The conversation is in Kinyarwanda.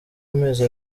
amezi